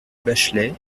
bachelay